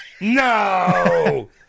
No